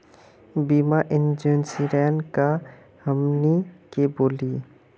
बीमा इंश्योरेंस का है हमनी के बोली?